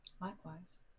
Likewise